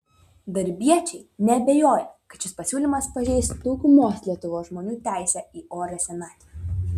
darbiečiai neabejoja kad šis pasiūlymas pažeis daugumos lietuvos žmonių teisę į orią senatvę